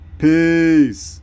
peace